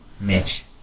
Mitch